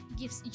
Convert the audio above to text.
gives